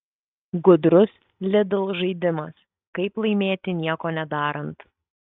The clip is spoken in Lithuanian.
gudrus lidl žaidimas kaip laimėti nieko nedarant